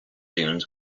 dunes